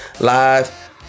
live